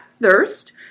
thirst